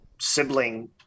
sibling